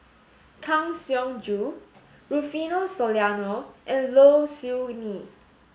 Kang Siong Joo Rufino Soliano and Low Siew Nghee